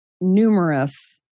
numerous